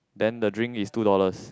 then the drink is two dollars